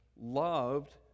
loved